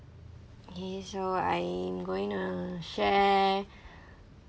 okay so I'm gonna share